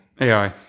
ai